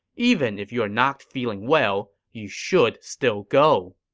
even if you are not feeling well, you should still go.